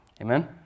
Amen